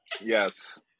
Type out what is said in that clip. Yes